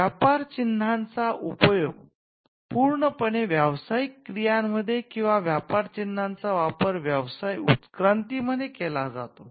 व्यापार चिन्हाचा उपयोग पूर्णपणे व्यावसायिक क्रियांमध्ये किंवा व्यापार चिन्हाचा वापर व्यवसाय उत्क्रांती मध्ये केला जातो